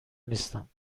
نیستم